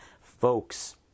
folks